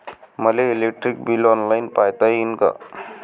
मले electric bill online पायता येईन का?